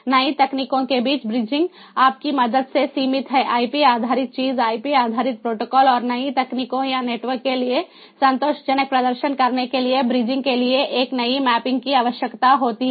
नई तकनीकों के बीच ब्रिजिंग आप की मदद से सीमित है आईपी आधारित चीज आईपी आधारित प्रोटोकॉल और नई तकनीकों या नेटवर्क के लिए संतोषजनक प्रदर्शन करने के लिए ब्रिजिंग के लिए एक नई मैपिंग की आवश्यकता होती है